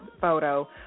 photo